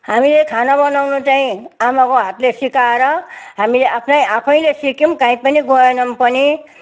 हामीले खाना बनाउनु चाहिँ आमाको हातले सिकाएर हामीले आफ्नै आफैले सिक्यौँ कहीँ पनि गएनौँ पनि